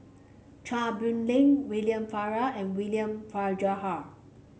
Chia Boon Leong William Farquhar and William Farquhar